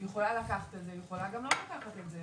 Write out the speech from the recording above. היא יכולה לקחת את זה והיא יכולה גם לא לקחת את זה.